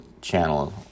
channel